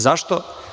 Zašto?